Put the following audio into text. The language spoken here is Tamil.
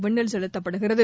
விண்ணில் செலுத்தப்படுகிறது